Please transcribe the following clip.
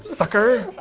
sucker.